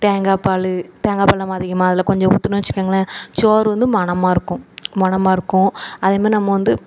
தேங்காப்பால் தேங்காப்பால் நம்ம அதிகமாக அதில் கொஞ்சம் ஊற்றுனோம் வச்சிக்கோங்களேன் சோறு வந்து மணமாக இருக்கும் மணமாக இருக்கும் அதே மாதிரி நம்ம வந்து